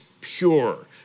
pure